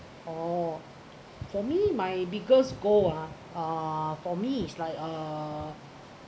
oh for me my biggest goal ah uh for me is like uh